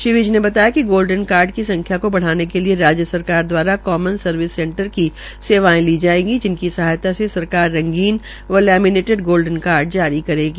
श्री विज ने बताया कि गोल्डन कार्ड की संख्या को बा़ाने के लिए राज्य सरकार दवारा कॉमन सर्विस सैंटर की सेवाएं ली जाएगी जिनकी सहायता से सरकार रंगीन एवं लेमिनेटिड गोल्डन कार्ड जारी करेगी